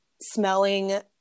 smelling